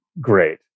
great